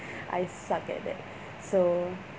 I suck at that so